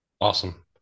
Awesome